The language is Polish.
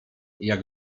jak